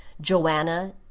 Joanna